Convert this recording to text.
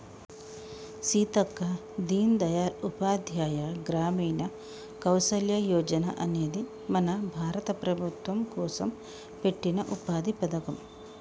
సీతక్క దీన్ దయాల్ ఉపాధ్యాయ గ్రామీణ కౌసల్య యోజన అనేది మన భారత ప్రభుత్వం కోసం పెట్టిన ఉపాధి పథకం